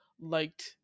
liked